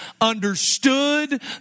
understood